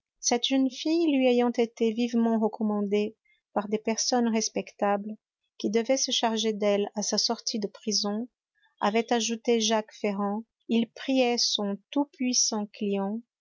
cette jeune fille lui ayant été vivement recommandée par des personnes respectables qui devaient se charger d'elle à sa sortie de prison avait ajouté jacques ferrand il priait son tout-puissant client